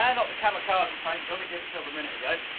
and not the kamikaze paint job it gave itself a minute ago.